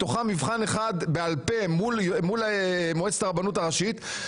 מתוכם מבחן אחד בעל פה מול מועצת הרבנות הראשית.